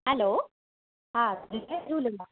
हलो हा